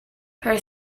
her